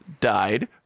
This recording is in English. died